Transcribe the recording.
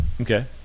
Okay